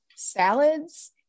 salads